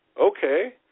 okay